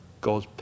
Goes